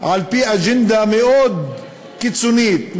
על-פי אג'נדה מאוד קיצונית,